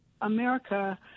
America